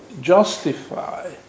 justify